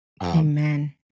Amen